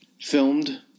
Filmed